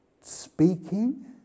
speaking